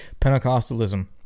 Pentecostalism